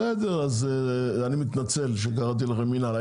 בסדר, אז אני מתנצל שקראתי לכם מינהל.